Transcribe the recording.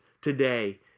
today